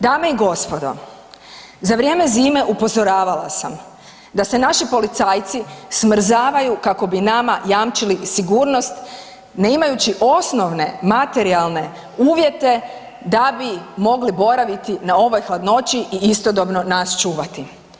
Dame i gospodo, za vrijeme zime upozoravala sam da se naši policajci smrzavaju kako bi nama jamčili sigurnost ne imajući osnovne materijalne uvjete da bi mogli boraviti na ovoj hladnoći i istodobno nas čuvati.